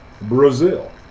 Brazil